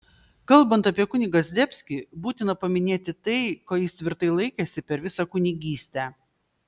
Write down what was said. kalbant apie kunigą zdebskį būtina paminėti tai ko jis tvirtai laikėsi per visą kunigystę